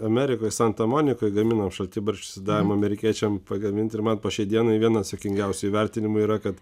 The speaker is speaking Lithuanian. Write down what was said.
amerikoj santa monikoj gaminom šaltibarščius ir davėm amerikiečiam pagamint ir man po šiai dienai vienas juokingiausių įvertinimų yra kad